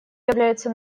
является